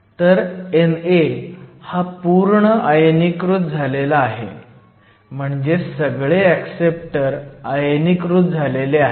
तर NA हा पूर्ण आयनीकृत झालेला आहे म्हणजे सगळे ऍक्सेप्टर आयनीकृत झालेले आहेत